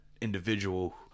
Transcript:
individual